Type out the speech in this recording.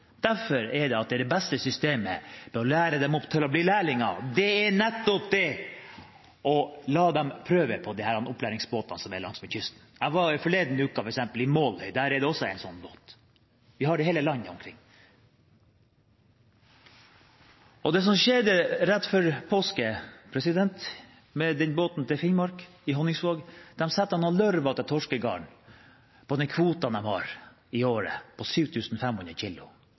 Derfor er det beste systemet for å lære dem opp til å bli lærlinger nettopp å la dem prøve seg på disse opplæringsbåtene som er langs kysten. Jeg var forleden uke i Måløy, og der er det også en slik båt. Vi har det omkring i hele landet. Og det som skjedde rett før påske med den båten til Finnmark i Honningsvåg, var at de satte noen lurvete torskegarn på de kvotene de har i året